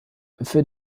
für